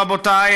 רבותי,